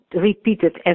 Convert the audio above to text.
repeated